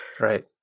Right